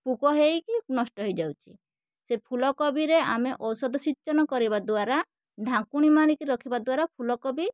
ପୋକ ହେଇକି ନଷ୍ଟ ହେଇଯାଉଛି ସେ ଫୁଲକୋବିରେ ଆମେ ଔଷଧ ସିଂଚନ କରିବା ଦ୍ବାରା ଢାଙ୍କୁଣୀ ମାରିକି ରଖିବା ଦ୍ବାରା ଫୁଲକୋବି